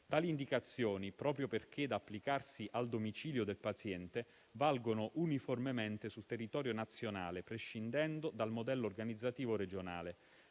Tali indicazioni, proprio perché da applicarsi al domicilio del paziente, valgono uniformemente sul territorio nazionale, prescindendo dal modello organizzativo regionale.